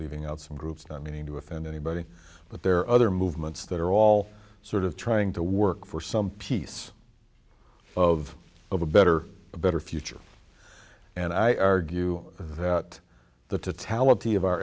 leaving out some groups not meaning to offend anybody but there are other movements that are all sort of trying to work for some peace of of a better a better future and i argue that the